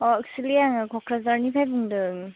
औ एकसुलि आङो क'क्राझारनिफ्राय बुंदों